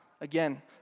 again